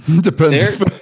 Depends